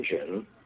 engine